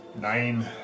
nine